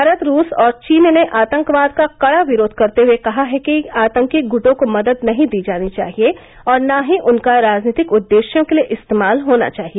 भारत रूस और चीन ने आतंकवाद का कड़ा विरोध करते हए कहा है कि आतंकी गुटों को मदद नहीं दी जानी चाहिए और न ही उनका राजनीतिक उद्देश्यों के लिए इस्तेमाल होना चाहिए